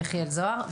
יחיאל זוהר,